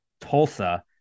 Tulsa